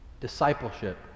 Discipleship